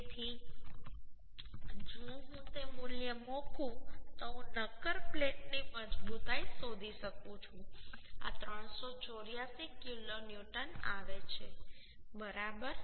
તેથી જો હું તે મૂલ્ય મૂકું તો હું નક્કર પ્લેટની મજબૂતાઈ શોધી શકું છું આ 384 કિલોન્યુટન આવે છે બરાબર